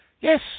Yes